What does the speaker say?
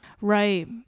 Right